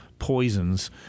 poisons